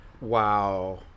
Wow